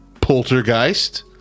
Poltergeist